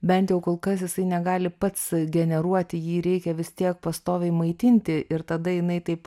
bent jau kol kas jisai negali pats generuoti jį reikia vis tiek pastoviai maitinti ir tada jinai taip